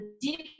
deep